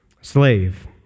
Slave